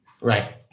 Right